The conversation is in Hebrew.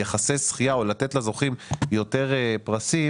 יחסי הזכייה או לתת לזוכים יותר פרסים,